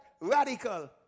radical